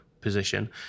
position